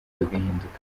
bigahinduka